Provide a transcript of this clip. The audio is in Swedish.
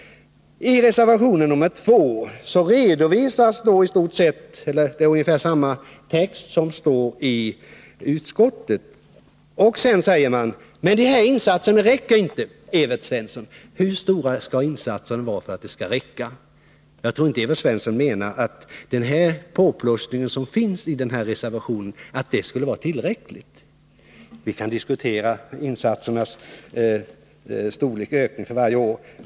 I reservation nr 2 redovisas ungefär samma text som står i utskottets skrivning. Och sedan säger man: Men de här insatserna räcker inte. Evert Svensson! Hur stora skall insatserna vara för att de skall räcka? Jag tror inte att Evert Svensson menar att den påplussning som finns i denna reservation skulle vara tillräcklig. Vi kan diskutera insatsernas storlek och ökning för varje år.